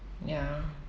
ya